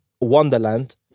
Wonderland